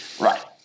Right